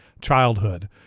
childhood